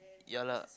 ya lah